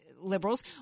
liberals